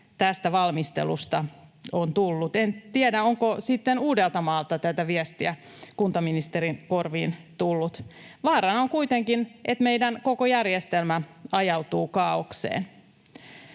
tästä valmistelusta on tullut. En tiedä, onko sitten Uudeltamaalta tätä viestiä kuntaministerin korviin tullut. Vaarana on kuitenkin, että meidän koko järjestelmämme ajautuu kaaokseen.